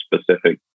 specific